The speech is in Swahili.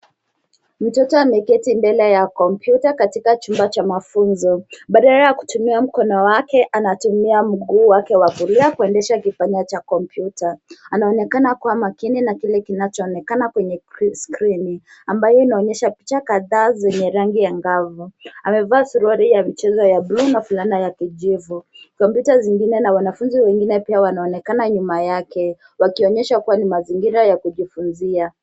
Mtoto ameketi mbele ya kompyuta katika chumba cha mafunzo. Baadala ya kutumia mkono wake, anatumia mguu wake wa kulia kuendesha kipanya cha kompyuta. Anaonekana kuwa makini na kile kinachoonekana kwenye skrini ambayo inaonyesha picha kadhaa zenye rangi angavu. Amevaa suruali ya michezo ya buluu na fulana ya kijivu. Kompyuta zingine na wanafunzi wengine pia wanaonekana nyuma yake, wakionyesha kuwa ni mazingira ya kujifunzia.